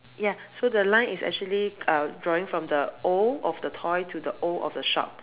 ya so the line is actually uh drawing from the O of the toy to the O of the shop